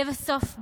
לבסוף,